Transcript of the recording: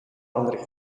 andere